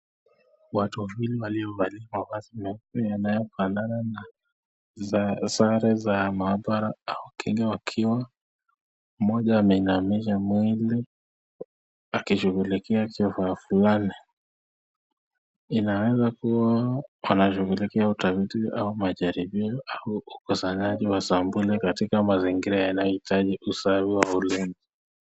Watu wawili waliovalia mavazi meupe yanayofanana sare za maabara wa kike na kiume, Mmoja ameinamisha mwili akishughulikia jamaa fulani, inaweza kuwa wanashughulikia utafiti au majaribio au ukusanyaji wa sampuli katika mazingira yanayohitaji usafi.